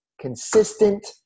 consistent